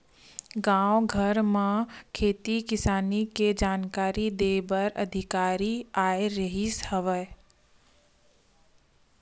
गाँव घर म खेती किसानी के जानकारी दे बर अधिकारी आए रिहिस हवय